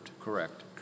Correct